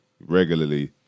regularly